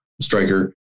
Striker